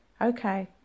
Okay